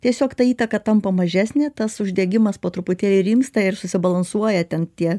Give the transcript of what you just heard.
tiesiog ta įtaka tampa mažesnė tas uždegimas po truputėlį rimsta ir susibalansuoja ten tie